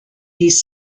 these